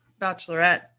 bachelorette